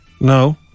No